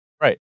Right